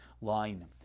line